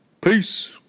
Peace